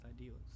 ideals